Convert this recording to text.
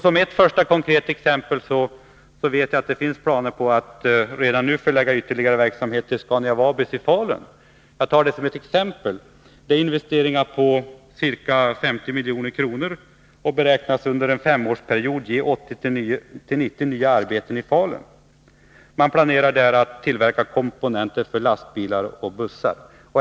Som ett första konkret exempel vill jag nämna att det finns planer på att redan nu förlägga ytterligare verksamhet till Scania Vabis i Falun. Jag tar detta som ett exempel. Det rör sig om investeringar på ca 50 miljoner, som beräknas under en femårsperiod ge 80-90 nya arbeten i Falun. Man planerar att där tillverka komponenter för lastbilar och bussar.